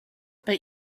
but